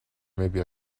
maybe